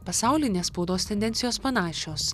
pasaulinės spaudos tendencijos panašios